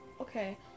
Okay